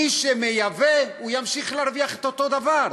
מי שמייבא ימשיך להרוויח את אותו הדבר,